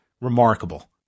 remarkable